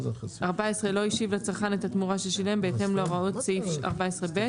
14.לא השיב לצרכן את התמורה ששילם בהתאם להוראות סעיף 14(ב);